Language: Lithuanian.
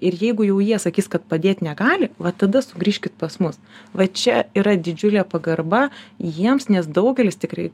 ir jeigu jau jie sakys kad padėt negali vat tada sugrįžkit pas mus va čia yra didžiulė pagarba jiems nes daugelis tikrai